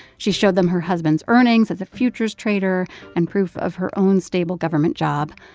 she showed them her husband's earnings as a futures trader and proof of her own stable government job.